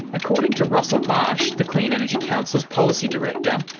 according to russell marsh, the clean energy council's policy director,